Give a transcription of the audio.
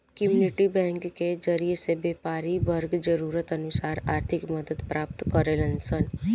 community bank के जरिए से व्यापारी वर्ग जरूरत अनुसार आर्थिक मदद प्राप्त करेलन सन